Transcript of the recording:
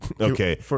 Okay